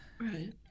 Right